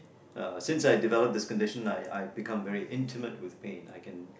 uh since I developed this condition I I've become intimate with pain I can